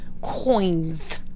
coins